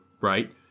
right